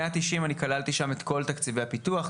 מאה תשעים אני כללתי שם את כל תקציבי הפיתוח,